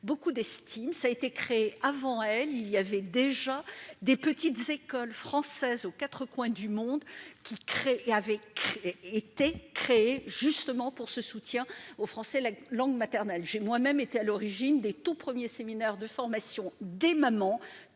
beaucoup d'estime, ça a été créé avant elle, il y avait déjà des petites écoles françaises aux 4 coins du monde, qui crée et avait été créée justement pour ce soutien aux français la langue maternelle, j'ai moi-même été à l'origine des tout premiers séminaires de formation des mamans